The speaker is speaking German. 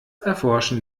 erforschen